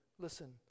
listen